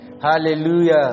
Hallelujah